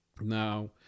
Now